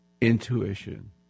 intuition